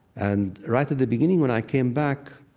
and right at the beginning when i came back,